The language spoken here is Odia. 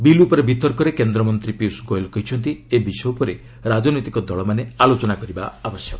ବିଲ୍ ଉପରେ ବିତର୍କରେ କେନ୍ଦ୍ରମନ୍ତ୍ରୀ ପିୟଷ ଗୋୟଲ୍ କହିଛନ୍ତି ଏ ବିଷୟ ଉପରେ ରାଜନୈତିକ ଦଳମାନେ ଆଲୋଚନା କରିବା ଆବଶ୍ୟକ